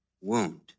wound